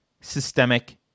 systemic